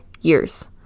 years